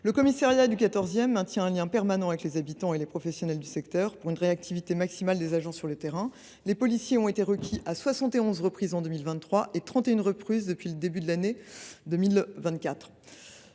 Le commissariat du XIV arrondissement maintient un lien permanent avec les habitants et les professionnels du secteur pour une réactivité maximale des agents sur le terrain. Les policiers ont été requis à 71 reprises en 2023 et à 31 reprises depuis le début de l’année 2024.